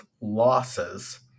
losses